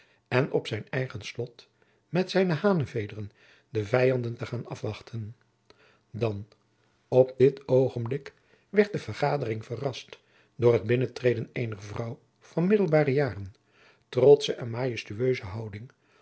en op zijn eigen slot met zijne hanevederen de vijanden te gaan afwachten dan op dit oogenblik werd de vergadering verrast door het binnentreden eener vrouw van middelbare jaren trotsche en majestueuse houding